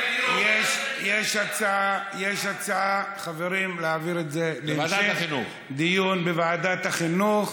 יש הצעה, חברים, להעביר את זה להמשך, ועדת החינוך.